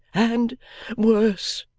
and worse,